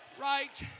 right